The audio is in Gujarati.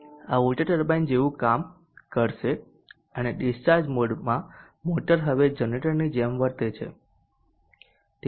આ વોટર ટર્બાઇન જેવું કામ કરશે અને ડિસ્ચાર્જ મોડમાં મોટર હવે જનરેટરની જેમ વર્તે છે